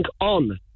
on